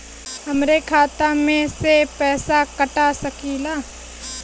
हमरे खाता में से पैसा कटा सकी ला?